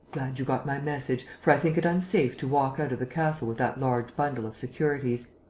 glad you got my message, for i think it unsafe to walk out of the castle with that large bundle of securities.